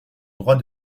droit